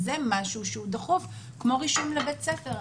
זה משהו שהוא דחוף, כמו רישום לבית ספר.